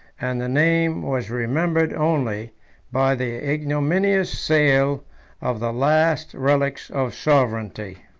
and the name was remembered only by the ignominious sale of the last relics of sovereignty.